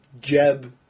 Jeb